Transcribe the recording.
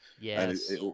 Yes